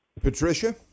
Patricia